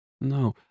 No